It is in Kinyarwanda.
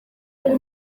ari